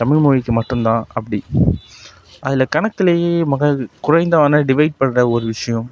தமிழ் மொழிக்கு மட்டும்தான் அப்படி அதில் கணக்குலேயே மிக குறைந்தான டிவைட் பண்ணுற ஒரு விஷயம்